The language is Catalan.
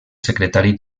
secretari